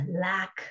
lack